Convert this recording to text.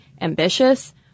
ambitious